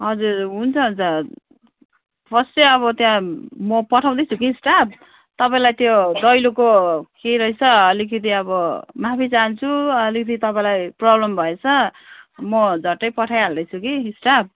हजुर हुन्छ हुन्छ फर्स्ट चाहिँ अब त्यहाँ म पठाउँदै छु कि स्टाफ तपाईँलाई त्यो दैलोको के रहेछ अलिकति अब माफी चाहन्छु अलिकति तपाईँलाई प्रोब्लम भएछ म झट्टै पठाइहाल्दै छु कि स्टाफ